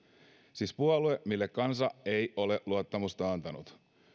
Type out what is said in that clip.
siis puolue jolle kansa ei ole luottamusta antanut kun